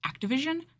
Activision